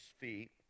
feet